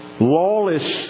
Lawless